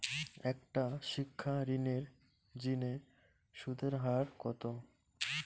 একটা শিক্ষা ঋণের জিনে সুদের হার কত?